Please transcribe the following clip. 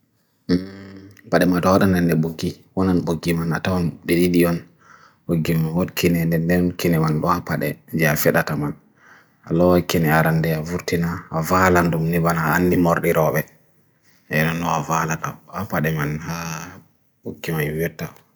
ʻPad e mā tawar nande buki, ʻOnan buki man natawan diridian. ʻBuki man wod ki ʻNen nende man wawpade. ʻJayafida kama. ʻAloa ki nene arande furtina. ʻAvalandum nibana ʻAndim orirawik. ʻEyran wawvalata. ʻApad e man buki maiweta.